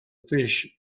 fish